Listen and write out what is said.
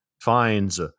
finds